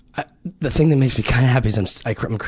ah the thing that makes me kind of happy is and like um